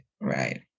right